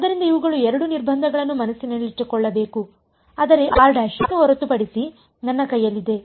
ಆದ್ದರಿಂದ ಇವುಗಳು 2 ನಿರ್ಬಂಧಗಳನ್ನು ಮನಸ್ಸಿನಲ್ಲಿಟ್ಟುಕೊಳ್ಳಬೇಕು ಆದರೆ ಆ ಅನ್ನು ಹೊರತುಪಡಿಸಿ ನನ್ನ ಕೈಯಲ್ಲಿದೆ